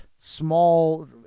small